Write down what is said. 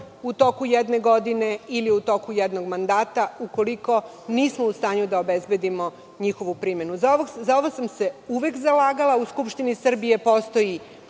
u toku jedne godine ili u toku jednog mandata ukoliko nismo u stanju da obezbedimo njihovu primenu. Za ovo sam se uvek zalagala. U Skupštini Srbije postoji